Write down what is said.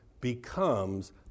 becomes